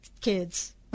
kids